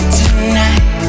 tonight